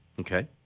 Okay